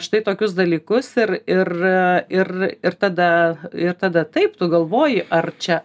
štai tokius dalykus ir ir ir ir tada ir tada taip tu galvoji ar čia